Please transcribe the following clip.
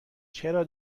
چرا